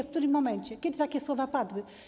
W którym momencie, kiedy takie słowa padły?